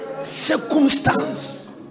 Circumstance